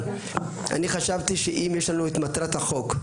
אני חשבתי שאם יש לנו את מטרת החוק,